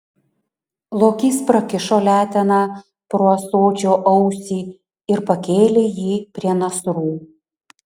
lokys prakišo leteną pro ąsočio ausį ir pakėlė jį prie nasrų